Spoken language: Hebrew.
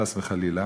חס וחלילה,